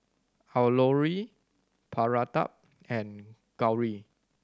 Alluri Pratap and Gauri